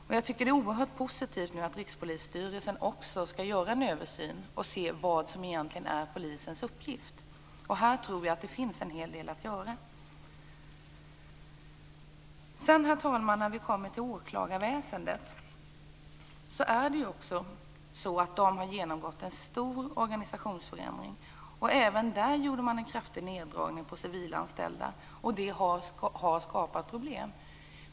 Jag tycker att det är oerhört positivt att Rikspolisstyrelsen skall göra en översyn av vad som egentligen är polisens uppgift. Här tror jag att det finns en hel del att göra. Herr talman! Sedan kommer vi till åklagarväsendet, som har genomgått en stor organisationsförändring. Även där gjorde man en kraftig neddragning av antalet civilanställda. Det har skapat problem.